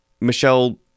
Michelle